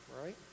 right